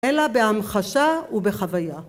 ‫אלא בהמחשה ובחוויה.